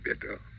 better